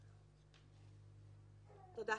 תודה.